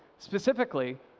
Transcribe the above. specifically,